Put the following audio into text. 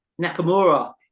Nakamura